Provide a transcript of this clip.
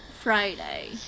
Friday